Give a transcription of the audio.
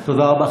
תודה רבה.